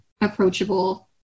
approachable